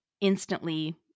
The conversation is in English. instantly